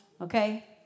Okay